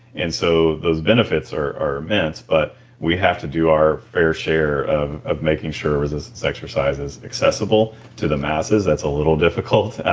and so those benefits are immense but we have to do our fair share of of making sure resistance exercise is accessible to the masses, that a little difficult.